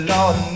Lord